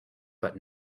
but